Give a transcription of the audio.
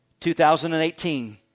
2018